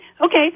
Okay